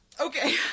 Okay